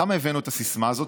למה הבאנו את הסיסמה הזאת?